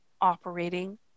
operating